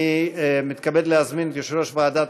אני מתכבד להזמין את יושב-ראש ועדת